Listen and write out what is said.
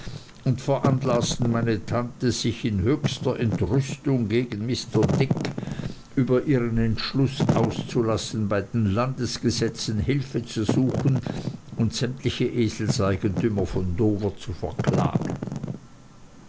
und veranlaßten meine tante sich in höchster entrüstung gegen mr dick über ihren entschluß auszulassen bei den landesgesetzen hilfe zu suchen und sämtliche eselseigentümer von dover zu verklagen